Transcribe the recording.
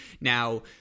now